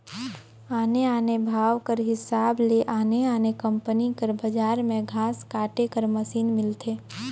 आने आने भाव कर हिसाब ले आने आने कंपनी कर बजार में घांस काटे कर मसीन मिलथे